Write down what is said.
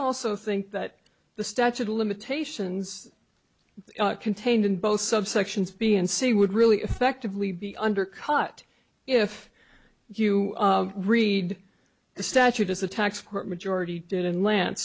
also think that the statute of limitations contained in both subsections b and c would really effectively be undercut if you read the statute as a tax court majority did in lan